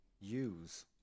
use